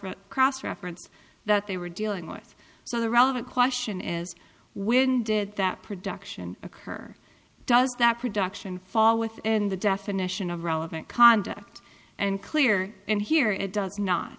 t cross reference that they were dealing with so the relevant question is when did that production occur or does that production fall within the definition of relevant conduct and clear and here it does not